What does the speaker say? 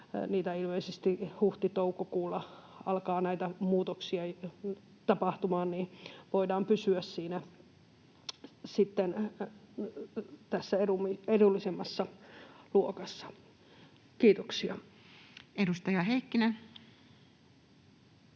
tulee, ilmeisesti huhti—toukokuulla alkaa näitä muutoksia tapahtumaan, ja voidaan pysyä siinä sitten edullisemmassa luokassa. — Kiitoksia. [Speech